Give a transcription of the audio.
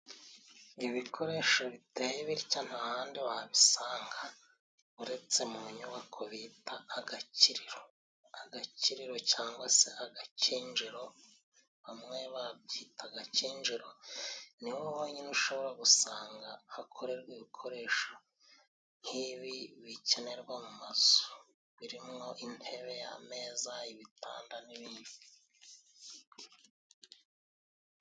Ibikoresho biteye bitya nta handi wabisanga uretse mu nyubako bita agakiriro. Agakiriro cyangwa se agakinjiro bamwe bakwita agakinjiro niho bonyine ushobora gusanga hakorerwa ibikoresho nk'ibi bikenerwa mu mazu birimwo: intebe, ameza, ibitanda n'ibindi.